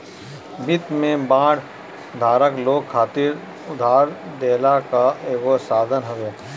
वित्त में बांड धारक लोग खातिर उधार देहला कअ एगो साधन हवे